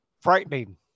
frightening